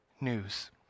news